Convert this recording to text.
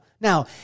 Now